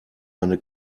eine